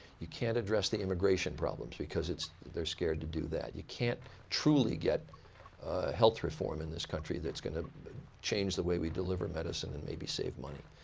you can't address the immigration problems because they're scared to do that. you can't truly get health reform in this country that's going to change the way we deliver medicine and maybe save money.